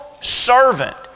servant